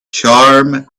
charm